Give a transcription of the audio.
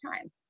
time